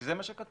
זה מה שכתוב.